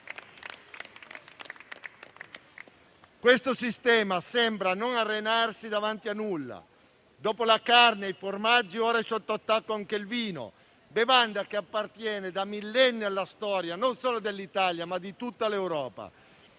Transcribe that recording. Questo sistema sembra non arenarsi davanti a nulla. Dopo la carne e il formaggio, ora è sotto attacco anche il vino, bevanda che appartiene da millenni alla storia non solo dell'Italia, ma di tutta l'Europa.